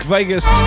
Vegas